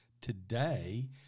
today